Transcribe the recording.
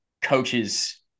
coaches